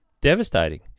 Devastating